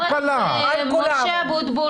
במקום "על המפורט להלן,